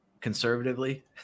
conservatively